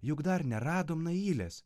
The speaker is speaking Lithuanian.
juk dar neradom nailės